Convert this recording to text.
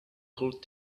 could